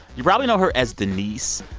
you probably know her as denise,